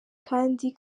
kandi